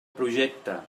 projecte